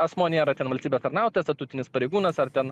asmuo nėra ten valstybės tarnautojas statutinis pareigūnas ar ten